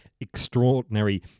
extraordinary